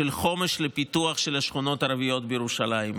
תוכנית חומש לפיתוח של השכונות הערביות בירושלים.